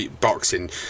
boxing